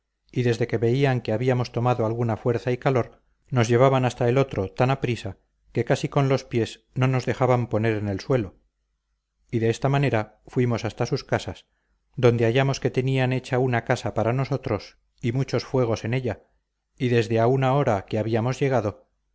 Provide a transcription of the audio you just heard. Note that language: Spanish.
y desde que veían que habíamos tomado alguna fuerza y calor nos llevaban hasta el otro tan aprisa que casi con los pies no nos dejaban poner en el suelo y de esta manera fuimos hasta sus casas donde hallamos que tenían hecha una casa para nosotros y muchos fuegos en ella y desde a una hora que habíamos llegado